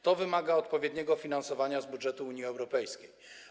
To wymaga odpowiedniego finansowania z budżetu Unii Europejskiej.